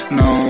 no